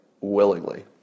willingly